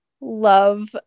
love